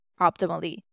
optimally